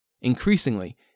Increasingly